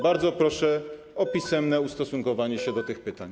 Bardzo proszę o pisemne ustosunkowanie się do tych pytań.